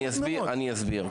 אני אסביר.